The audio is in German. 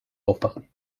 aufwachen